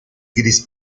gris